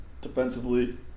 defensively